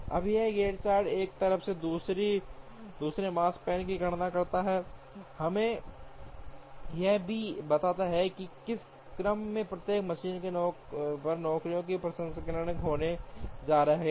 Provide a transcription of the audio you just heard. अब यह Gantt chart एक तरफ से दूसरे पर माकस्पैन की गणना करता है हमें यह भी बताता है कि किस क्रम में प्रत्येक मशीन पर नौकरियों का प्रसंस्करण होने जा रहा है